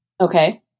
Okay